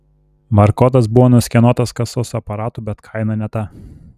barkodas buvo nuskenuotas kasos aparatu bet kaina ne ta